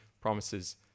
promises